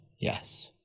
yes